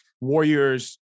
Warriors